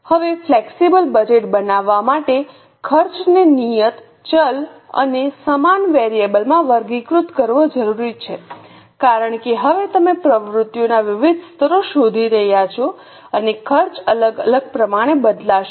હવે flexible budget બનાવવા માટે ખર્ચને નિયત ચલ અને સમાન વેરિયેબલમાં વર્ગીકૃત કરવો જરૂરી છે કારણ કે હવે તમે પ્રવૃત્તિઓના વિવિધ સ્તરો શોધી રહ્યા છો અને ખર્ચ અલગ અલગ પ્રમાણે બદલાશે